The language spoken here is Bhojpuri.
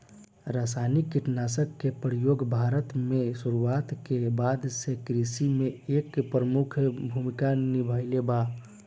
रासायनिक कीटनाशक के प्रयोग भारत में शुरुआत के बाद से कृषि में एक प्रमुख भूमिका निभाइले बा